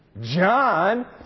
John